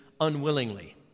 unwillingly